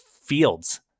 fields